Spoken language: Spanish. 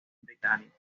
británica